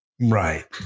Right